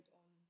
on